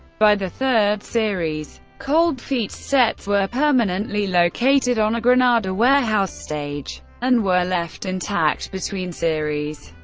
by the third series, cold feets sets were permanently located on a granada warehouse stage and were left intact between series.